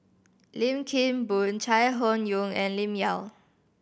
Lim Kim Boon Chai Hon Yoong and Lim Yau